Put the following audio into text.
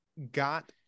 got